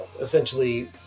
essentially